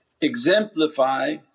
exemplify